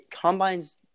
Combines